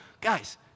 guys